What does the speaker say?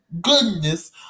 goodness